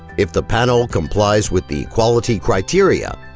if the panel complies with the quality criteria,